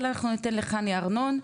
אבל אנחנו ניתן לחני ארנון,